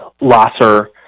Lasser